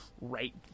right